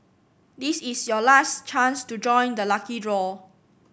this is your last chance to join the lucky draw